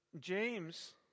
James